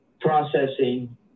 processing